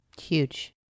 Huge